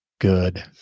good